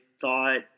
thought